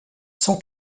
son